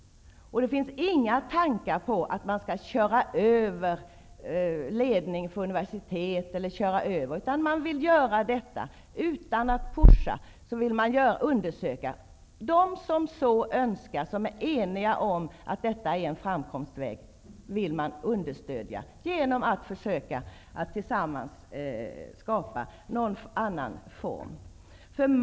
Det finns inga tankar på att köra över ledningen för universitetet osv. Utan att puscha på vill man understödja dem som är eniga om att detta är en framkomlig väg genom att tillsammans skapa någon annan form av utbildning.